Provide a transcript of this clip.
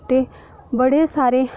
ते बड़े सारे